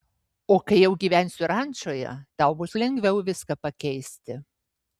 o kai jau gyvensiu rančoje tau bus lengviau viską pakeisti